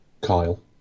Kyle